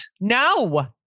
No